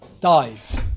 dies